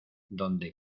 donde